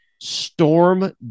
Storm